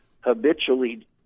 habitually